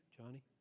Johnny